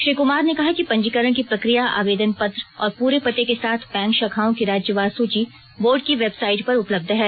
श्री कुमार ने कहा कि पंजीकरण की प्रक्रिया आवेदनपत्र और पूरे पते के साथ बैंक शाखाओं की राज्यवार सूची बोर्ड की वेबसाइट पर उपलब्ध है